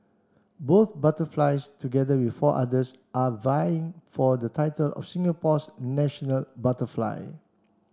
both butterflies together with four others are vying for the title of Singapore's national butterfly